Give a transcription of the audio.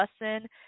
lesson